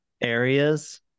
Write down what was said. areas